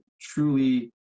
truly